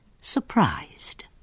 surprised